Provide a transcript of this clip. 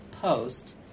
post